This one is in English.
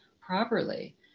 properly